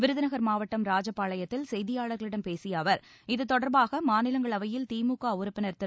விருதுநகர் மாவட்டம் ராஜபாளையத்தில் செய்தியாளர்களிடம் பேசிய அவர் இது தொடர்பாக மாநிலங்களவையில் திமூக உறுப்பினர் திரு